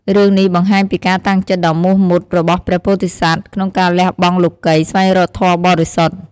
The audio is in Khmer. រឿងនេះបង្ហាញពីការតាំងចិត្តដ៏មោះមុតរបស់ព្រះពោធិសត្វក្នុងការលះបង់លោកិយ ស្វែងរកធម៌បរិសុទ្ធ។